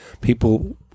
People